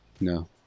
No